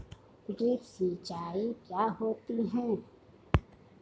Drip सिंचाई क्या होती हैं?